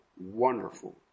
wonderful